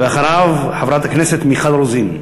ואחריו, חברת הכנסת מיכל רוזין.